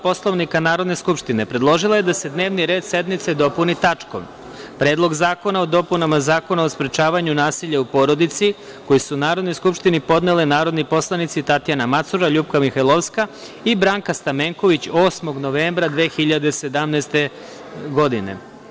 Poslovnika Narodne skupštine, predložila je da se dnevni red sednice dopuni tačkom – Predlog zakona o dopunama Zakona o sprečavanju nasilja u porodici, koji su Narodnoj skupštini podnele narodni poslanici Tatjana Macura, LJupka Mihajlovska i Branka Stamenković 8. novembra 2017. godine.